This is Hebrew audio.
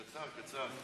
כתומך.